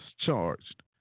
charged